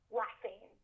laughing